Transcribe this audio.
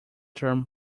term